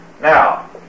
Now